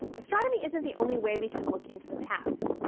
astronomy isn't the only way we can look into the past.